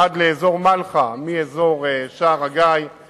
עד אזור מלחה מאזור שער-הגיא,